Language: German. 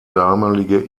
damalige